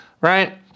right